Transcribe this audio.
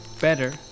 better